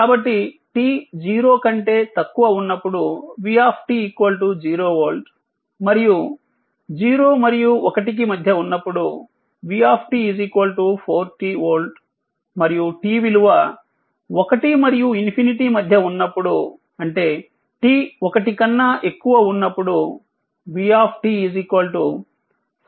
కాబట్టి t 0కంటే తక్కువ ఉన్నప్పుడు v 0 వోల్ట్ మరియు 0మరియు1మధ్య ఉన్నప్పుడు v 4t వోల్ట్ మరియు t విలువ 1 మరియు ∞ మధ్య ఉన్నప్పుడు అంటే t 1కన్నా ఎక్కువఉన్నప్పుడు v4e